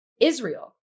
Israel